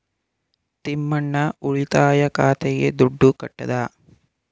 ತಿಮ್ಮಣ್ಣ ಉಳಿತಾಯ ಖಾತೆಗೆ ದುಡ್ಡು ಕಟ್ಟದ